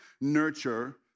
nurture